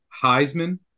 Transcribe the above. Heisman